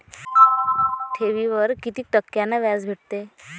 ठेवीवर कितीक टक्क्यान व्याज भेटते?